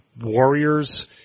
Warriors